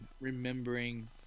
remembering